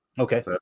Okay